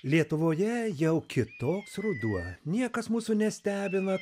lietuvoje jau kitoks ruduo niekas mūsų nestebina